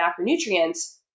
macronutrients